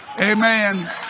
amen